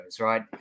right